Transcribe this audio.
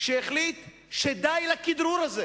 שהחליט שדי לכדרור הזה,